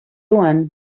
one